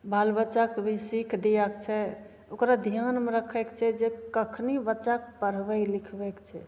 बाल बच्चाके भी सीख दैके छै ओकरा धिआनमे रखैके छै जे कखन बच्चाके पढ़बै लिखबैके छै